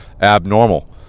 abnormal